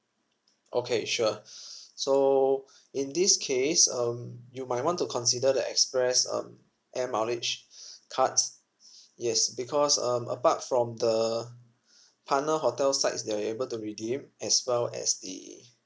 okay sure so in this case um you might want to consider the express um air mileage card yes because um apart from the partner hotel sites that you're able to redeem as well as the